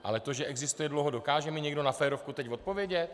Ale to, že existuje dlouho dokáže mi někdo na férovku teď odpovědět?